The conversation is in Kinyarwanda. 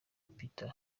peter